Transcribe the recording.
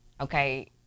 okay